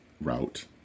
route